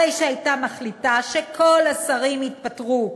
הרי שהייתה מחליטה שכל השרים יתפטרו,